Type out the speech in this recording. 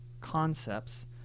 concepts